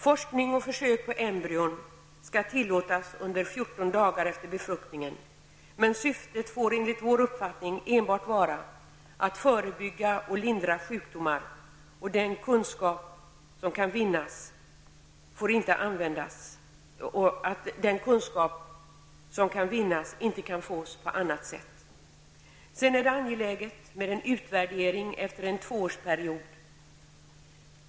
Forskning och försök på embryon skall tillåtas under 14 dagar efter befruktningen, men syftet får enligt vår uppfattning enbart vara att förebygga och lindra sjukdomar när den kunskap som kan vinnas inte kan fås på annat sätt. Sedan är det angeläget med en utvärdering efter en tvåårsperiod.